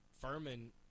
Furman